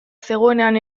zegoenean